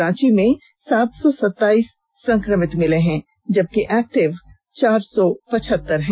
रांची में सात सौ सताईस संक्रमित मिले हैं जबकि एक्टिव केस चार सौ पचहत्तर है